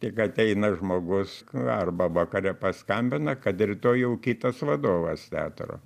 tik ateina žmogus arba vakare paskambina kad rytoj jau kitas vadovas teatro